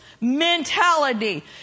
mentality